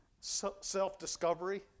self-discovery